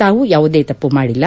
ತಾವು ಯಾವುದೇ ತಪ್ಪು ಮಾಡಿಲ್ಲ